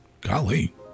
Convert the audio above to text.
Golly